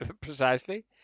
Precisely